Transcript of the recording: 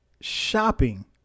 shopping